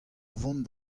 vont